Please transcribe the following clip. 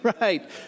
right